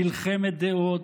מלחמת דעות,